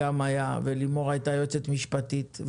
ולימור הייתה יועצת משפטית,